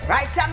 Right